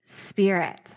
Spirit